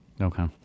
Okay